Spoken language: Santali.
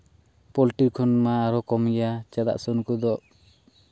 ᱯᱳᱞᱴᱤ ᱠᱷᱚᱱ ᱢᱟ ᱟᱨᱦᱚᱸ ᱠᱚᱢ ᱜᱮᱭᱟ ᱪᱮᱫᱟᱜ ᱥᱮ ᱩᱱᱠᱩ ᱫᱚ